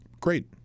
great